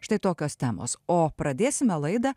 štai tokios temos o pradėsime laidą